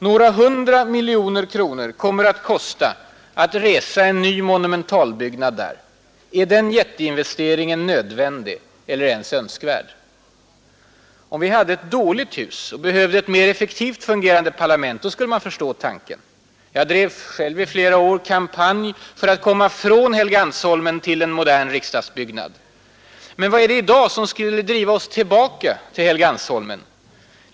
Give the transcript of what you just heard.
Några hundra miljoner kronor kommer det att kosta att resa en ny monumentalbyggnad där. Är den jätteinvesteringen nödvändig eller ens önskvärd? Om vi hade ett dåligt hus och behövde ett mer effektivt fungerande parlament skulle man förstå tanken. Jag drev själv i flera år en kampanj för att komma från Helgeandsholmen till en modern riksdagsbyggnad Men vad är det i dag som skulle driva oss tillbaka till Helgeandsholmen?